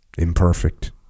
Imperfect